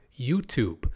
YouTube